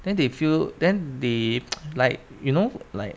then they feel then they like you know like